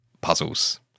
puzzles